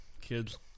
Kids